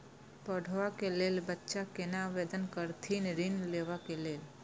पढ़वा कै लैल बच्चा कैना आवेदन करथिन ऋण लेवा के लेल?